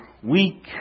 Weak